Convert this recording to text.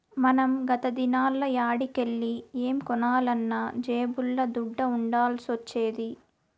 మనం గత దినాల్ల యాడికెల్లి ఏం కొనాలన్నా జేబుల్ల దుడ్డ ఉండాల్సొచ్చేది